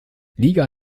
liga